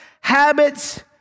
habits